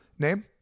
name